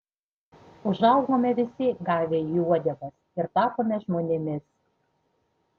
užaugome visi gavę į uodegas ir tapome žmonėmis